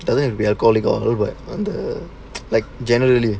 it doesnt have to be alcoholic you know the like generally